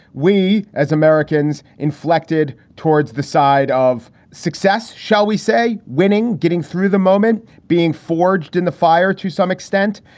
we as americans inflected towards the side of success, shall we say, winning, getting through the moment, being forged in the fire to some extent.